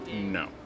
no